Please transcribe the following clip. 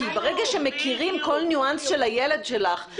ברגע שמכירים כל ניואנס של הילד שלך,